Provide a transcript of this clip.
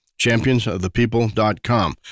championsofthepeople.com